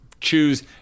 choose